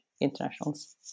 internationals